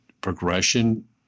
progression